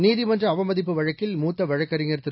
நீதிமன்ற அவமதிப்பு வழக்கில் மூத்த வழக்கறிஞர் திரு